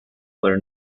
where